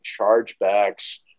chargebacks